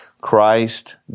Christ